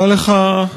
תודה לך.